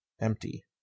empty